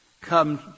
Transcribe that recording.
come